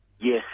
Yes